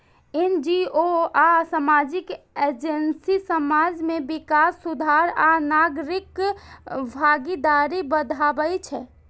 NGO आ सामाजिक agency समाज के विकास, सुधार आ नागरिक भागीदारी बढ़ाबै छै